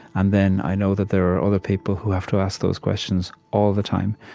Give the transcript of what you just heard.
and then i know that there are other people who have to ask those questions all the time,